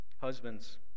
Husbands